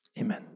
amen